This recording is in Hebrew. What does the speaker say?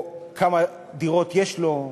או כמה דירות יש לו,